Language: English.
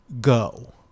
go